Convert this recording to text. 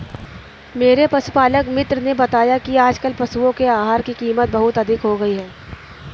मेरे पशुपालक मित्र ने बताया कि आजकल पशुओं के आहार की कीमत बहुत अधिक हो गई है